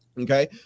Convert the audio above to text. Okay